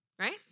Right